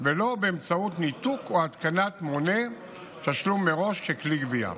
ולא באמצעות ניתוק או התקנת מונה תשלום מראש ככלי גבייה.